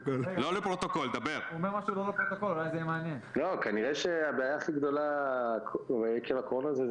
אבל --- אולי אחרי שהמדינה תסיים למגר את הקורונה,